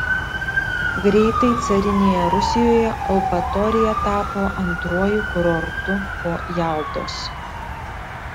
greitai carinėje rusijoje eupatorija tapo antruoju kurortu po jaltos